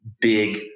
big